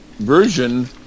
version